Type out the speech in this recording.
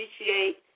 appreciate